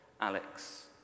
Alex